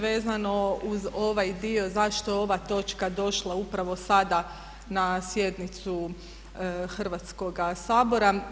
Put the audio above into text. Vezano uz ovaj dio zašto je ova točka došla upravo sada na sjednicu Hrvatskoga sabora.